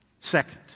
Second